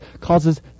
causes